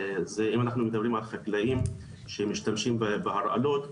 זה אם אנחנו מדברים על חקלאים שמשתמשים בהרעלות.